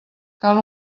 cal